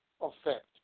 effect